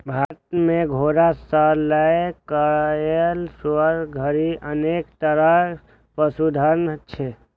भारत मे घोड़ा सं लए कए सुअर धरि अनेक तरहक पशुधन छै